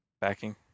Backing